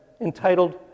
entitled